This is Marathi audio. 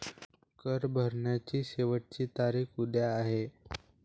कर भरण्याची शेवटची तारीख उद्या आहे